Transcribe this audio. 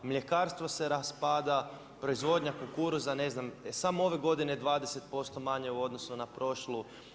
Mljekarstvo se raspada, proizvodnja kukuruza, ne znam, samo ove godine 20% manje u odnosu na prošlu.